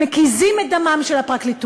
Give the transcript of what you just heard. שמקיזים את דמה של הפרקליטות.